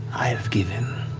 i have given.